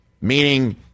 Meaning